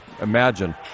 imagine